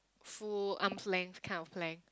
full arm's length kind of plank